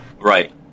right